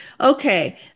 okay